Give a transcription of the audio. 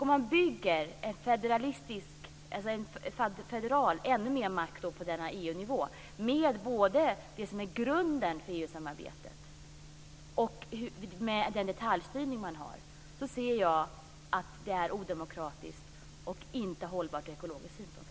Om man bygger en federation med ännu mer makt på denna EU-nivå, med både det som är grunden för EU-samarbetet och den detaljstyrning man har, anser jag att det är odemokratiskt och inte hållbart ur ekologisk synpunkt.